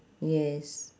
yes